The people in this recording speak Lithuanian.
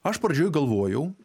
aš pradžioj galvojau